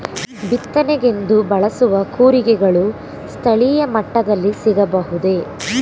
ಬಿತ್ತನೆಗೆಂದು ಬಳಸುವ ಕೂರಿಗೆಗಳು ಸ್ಥಳೀಯ ಮಟ್ಟದಲ್ಲಿ ಸಿಗಬಹುದೇ?